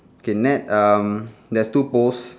okay net um there's two post